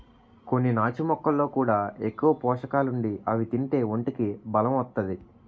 కొన్ని నాచు మొక్కల్లో కూడా ఎక్కువ పోసకాలుండి అవి తింతే ఒంటికి బలం ఒత్తాది